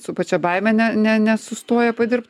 su pačia baime ne ne nesustoja padirbt